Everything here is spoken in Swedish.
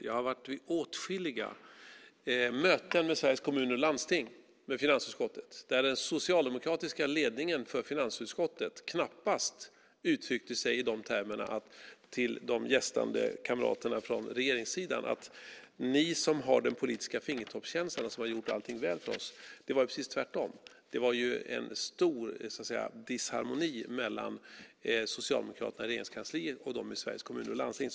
Jag har varit vid åtskilliga möten med Sveriges Kommuner och Landsting i finansutskottet, där den socialdemokratiska ledningen för finansutskottet knappast uttryckt sig i de termerna till de gästande kamraterna från regeringssidan som: Ni som har den politiska fingertoppskänslan har gjort allting väl för oss. Det var precis tvärtom. Det var en stor disharmoni mellan socialdemokraterna i Regeringskansliet och dem i Sveriges Kommuner och Landsting.